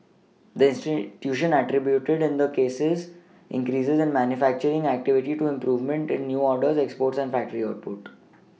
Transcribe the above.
the institution attributed then the cases in cases that manufacturing activity to improvements in new orders exports and factory output